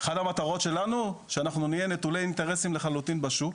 אחת המטרות שלנו שאנחנו נהיה נטולי אינטרסים לחלוטין בשוק,